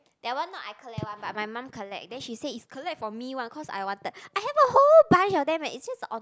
that one not I collect one but my mum collect then she said is collect for me one cause I wanted I have a whole bunch of them eh it's just on